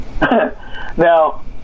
Now